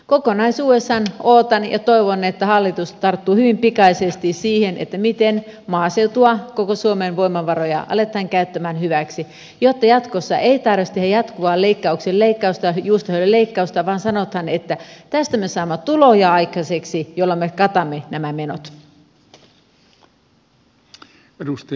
kokonaisuudessaan odotan ja toivon että hallitus tarttuu hyvin pikaisesti siihen miten maaseutua koko suomen voimavaroja aletaan käyttämään hyväksi jotta jatkossa ei tarvitsisi tehdä jatkuvaa leikkauksien leikkausta juustohöyläleikkausta vaan sanotaan että tästä me saamme aikaiseksi tuloja joilla me katamme nämä menot